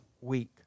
week